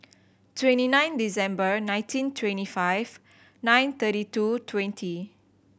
twenty nine December nineteen twenty five nine thirty two twenty